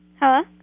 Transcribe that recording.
Hello